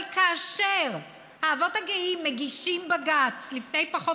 אבל כאשר האבות הגאים מגישים בג"ץ לפני פחות